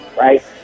right